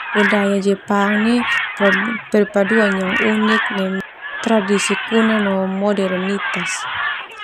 Budaya Jepang nia perpaduan yang unik neme tradisi kuno no moderenitas.